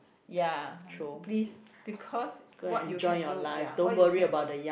ya please because what you can do ya what you can do